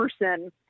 person